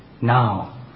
now